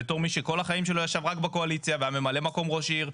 בתור מי שכל החיים שלו ישב רק בקואליציה והיה ממלא מקום ראש עיר,